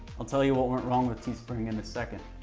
i'll tell you what went wrong with teespring in a second.